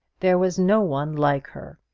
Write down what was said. there was no one like her.